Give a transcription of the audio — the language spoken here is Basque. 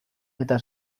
eta